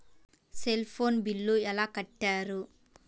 Cell phone bill ఎలా కట్టారు?